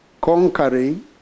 conquering